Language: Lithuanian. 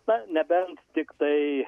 na nebent tiktai